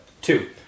two